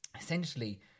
Essentially